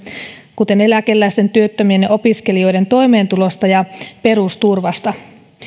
kuten eläkeläisten työttömien ja opiskelijoiden toimeentulosta ja perusturvasta